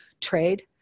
trade